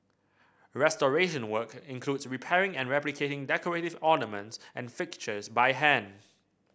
restoration work includes repairing and replicating decorative ornaments and fixtures by hand